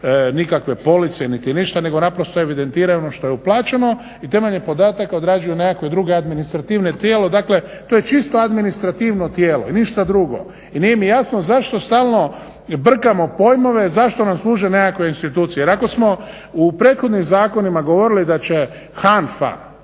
nikakve police nego naprosto evidentiraju ono što je uplaćeno i temeljem podataka odrađuju neke druge administrativno tijelo, dakle to je čisto administrativno tijelo i ništa drugo. I nije mi jasno zašto stalno brkamo pojmove zašto nam služe nekakve institucije jer ako smo u prethodnim zakonima govorili da će HANFA